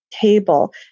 table